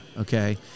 okay